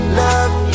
love